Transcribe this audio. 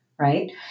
right